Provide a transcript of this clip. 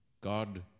God